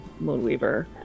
Moonweaver